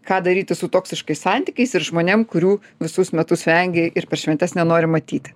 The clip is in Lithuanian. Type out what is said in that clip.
ką daryti su toksiškais santykiais ir žmonėm kurių visus metus vengei ir per šventes nenori matyti